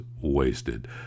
wasted